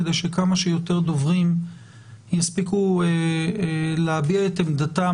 כדי שכמה שיותר דוברים יספיקו להביע את עמדתם